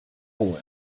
holen